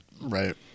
Right